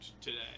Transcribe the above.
today